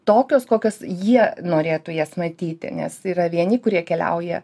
tokios kokias jie norėtų jas matyti nes yra vieni kurie keliauja